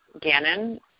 Gannon